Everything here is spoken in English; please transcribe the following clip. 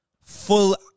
full